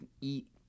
eat